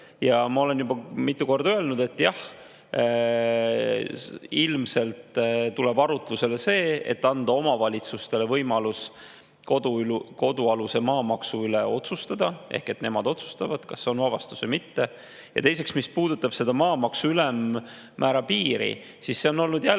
Ja ma olen juba mitu korda öelnud, et jah, ilmselt tuleb arutlusele see, et anda omavalitsustele võimalus kodualuse maa maksu üle otsustada, ehk et nemad otsustavad, kas on vabastus või mitte. Teiseks, maamaksu ülemmäära piiri puhul on olnud jällegi